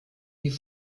die